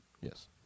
Yes